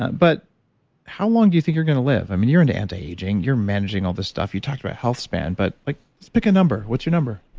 but how long do you think you're going to live? i mean, you're into anti-aging, you're managing all this stuff. you talked about health span, but like just pick a number. what's your number?